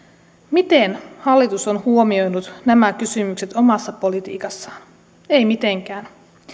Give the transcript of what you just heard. miten hallitus on huomioinut nämä kysymykset omassa politiikassaan ei mitenkään